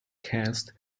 cast